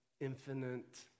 infinite